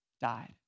died